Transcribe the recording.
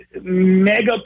mega